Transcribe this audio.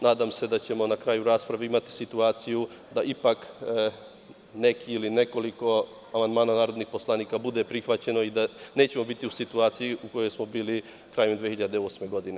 Nadam se da ćemo na kraju rasprave imati situaciju da ipak nekoliko amandmana narodnih poslanika bude prihvaćeno i da nećemo biti u situaciji u kojoj smo bili krajem 2008. godine.